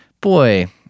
boy